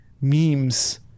memes